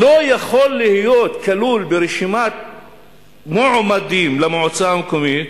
לא יכול להיות כלול ברשימת מועמדים למועצה המקומית